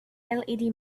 led